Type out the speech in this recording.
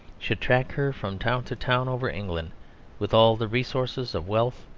should track her from town to town over england with all the resources of wealth,